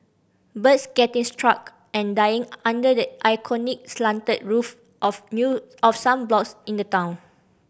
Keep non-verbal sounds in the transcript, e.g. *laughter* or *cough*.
birds getting stuck and dying under the iconic slanted roof of *unintelligible* of some blocks in the town